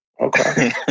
Okay